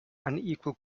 unequal